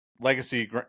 legacy